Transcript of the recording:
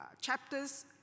chapters